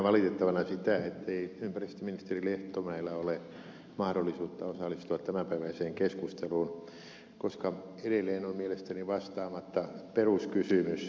pidän valitettavana sitä ettei ympäristöministeri lehtomäellä ole mahdollisuutta osallistua tämänpäiväiseen keskusteluun koska edelleen on mielestäni vastaamatta peruskysymys